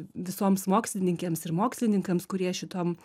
visoms mokslininkėms ir mokslininkams kurie šitom